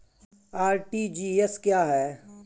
RTGS क्या है?